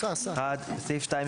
בסעיף 2,